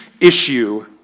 issue